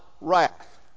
wrath